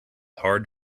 hard